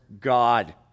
God